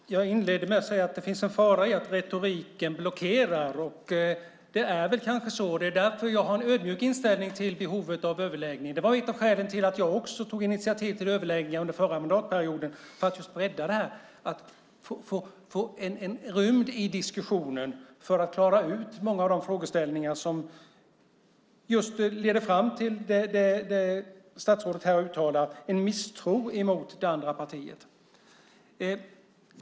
Fru talman! Jag inledde med att säga att det finns en fara i att retoriken blockerar. Det är kanske så. Det är därför jag har en ödmjuk inställning till behovet av överläggning. Det var ett av skälen till att jag också tog initiativ till överläggningar under förra mandatperioden, för att just bredda det här och få en rymd i diskussionen så att vi kan klara ut många av de frågeställningar som just leder fram till det statsrådet här har uttalat, en misstro mot det andra partiet.